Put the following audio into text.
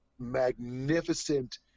Magnificent